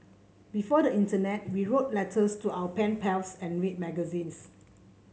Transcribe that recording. before the internet we wrote letters to our pen pals and read magazines